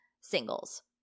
singles